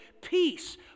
peace